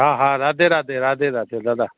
हा हा राधे राधे राधे राधे दादा